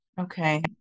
Okay